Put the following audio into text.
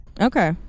Okay